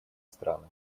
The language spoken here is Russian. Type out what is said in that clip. страны